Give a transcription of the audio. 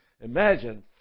Imagine